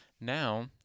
Now